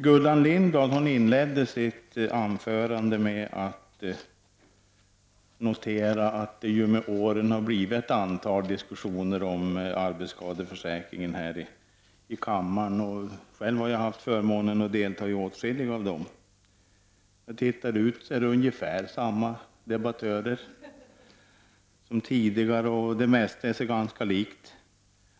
Herr talman! Gullan Lindblad inledde sitt anförande med att notera att det med åren har blivit ett antal diskussioner om arbetsskadeförsäkringen här i kammaren. Själv har jag haft förmånen att delta i åtskilliga av dem. När jag tittar ut över kammaren ser jag ungefär samma debattörer som tidigare, och det mesta är sig ganska likt.